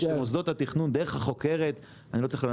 אבל אני חושב שמוסדות התכנון דרך החוקרת אני לא צריך ללמד